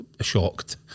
shocked